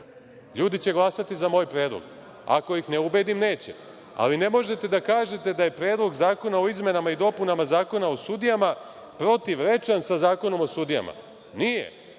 ljudi će glasati za moj predlog, ako ih ne ubedim, neće. Ali ne možete da kažete da je Predlog zakona o izmenama i dopunama Zakona o sudijama protivrečan sa Zakonom o sudijama. Nije.